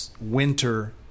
winter—